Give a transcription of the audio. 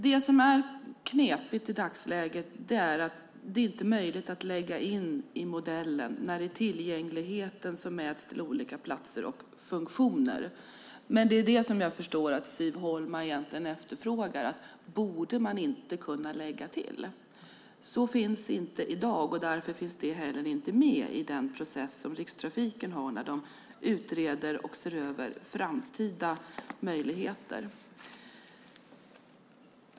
Det knepiga i dagsläget är att det inte är möjligt att lägga in i modellen då det är tillgängligheten till olika platser och funktioner som mäts. Jag förstår att det är det som Siv Holma egentligen efterfrågar, alltså om man inte borde kunna lägga till detta. Så är inte fallet i dag, och därför finns det heller inte med i den process som Rikstrafiken har när de utreder och ser över framtida möjligheter.